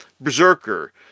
Berserker